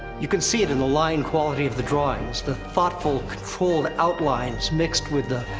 you can see it in the line quality of the drawings the thoughtful, controlled outlines mixed with the.